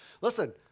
Listen